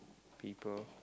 people